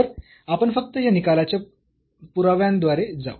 तर आपण फक्त या निकालाच्या पुराव्यांद्वारे जाऊ